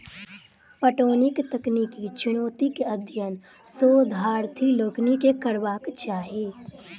पटौनीक तकनीकी चुनौतीक अध्ययन शोधार्थी लोकनि के करबाक चाही